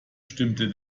stimmte